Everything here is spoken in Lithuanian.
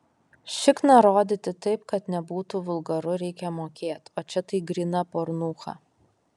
šikną rodyti taip kad nebūtų vulgaru reikia mokėt o čia tai gryna pornucha